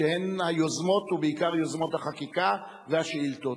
שהן היוזמות ובעיקר יוזמות החקיקה והשאילתות.